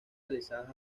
realizadas